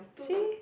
see